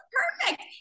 perfect